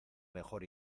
mejor